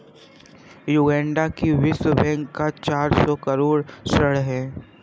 Uganda पर विश्व bank का चार सौ करोड़ ऋण है